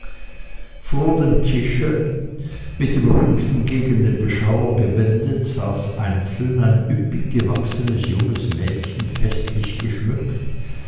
vor dem tische mit dem rücken gegen den beschauer gewendet saß einzeln ein üppig gewachsenes junges mädchen festlich geschmückt